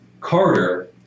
Carter